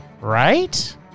right